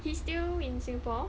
he's still in singapore